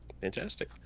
fantastic